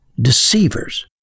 deceivers